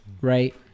right